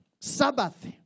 Sabbath